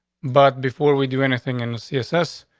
but before we do anything in the css,